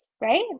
right